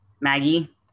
Maggie